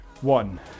one